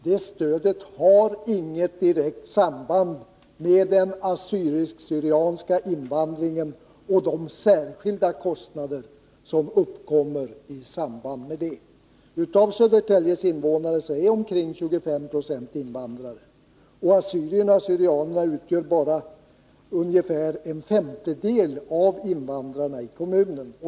Det stödet har inget direkt samband med den assyriska syrianer utgör bara ungefär en femtedel av invandrarna i kommunen.